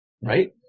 right